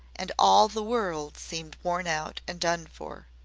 and all the world seemed worn out and done for.